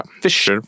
fish